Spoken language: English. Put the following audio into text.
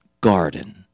garden